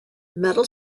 metal